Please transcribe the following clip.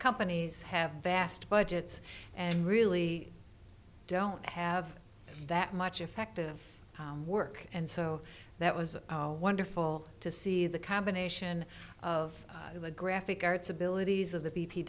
companies have vast budgets and really don't have that much effective work and so that was wonderful to see the combination of the graphic arts abilities of